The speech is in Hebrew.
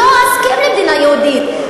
לא אסכים למדינה יהודית.